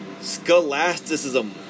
Scholasticism